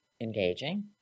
engaging